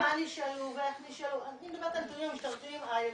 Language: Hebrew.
אני מדברת על הנתונים המשטרתיים היבשים.